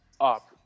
up